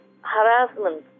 harassment